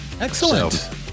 Excellent